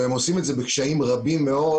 והם עושים את זה בקשיים רבים מאוד,